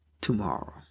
tomorrow